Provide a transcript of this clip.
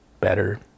better